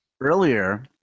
Earlier